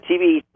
TV